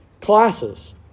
classes